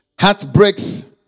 Heartbreaks